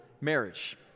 marriage